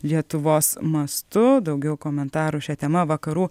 lietuvos mastu daugiau komentarų šia tema vakarų